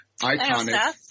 iconic –